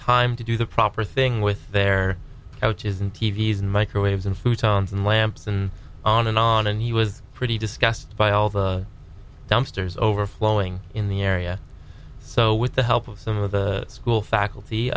time to do the proper thing with their couches and t v s and microwaves and futons and lamps and on and on and he was pretty disgusted by all the dumpsters overflowing in the area so with the help of some of the school